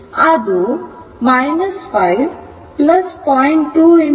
ಅದು 5 0